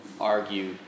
argue